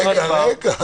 רגע, רגע.